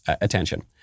attention